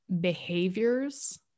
behaviors